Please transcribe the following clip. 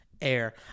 air